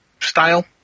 style